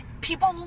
People